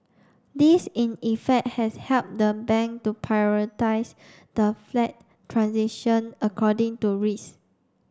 this in effect has helped the bank to prioritise the flagged transition according to risk